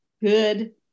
good